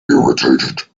irritated